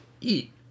eat